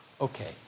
Okay